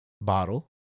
bottle